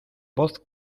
voz